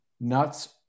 nuts